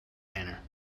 manner